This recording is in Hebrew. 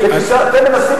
שאתם הבאתם אותו.